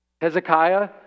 hezekiah